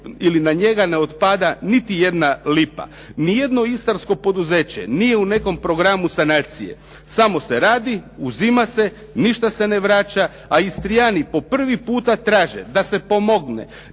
ili na njega ne otpada niti jedna lipa. Nijedno istarsko poduzeće nije u nekom programu sanacije. Samo se radi uzim se, ništa se ne vraća. A Istrijani po prvi puta traže da se pomogne,